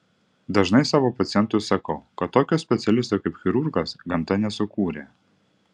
dažnai savo pacientui sakau kad tokio specialisto kaip chirurgas gamta nesukūrė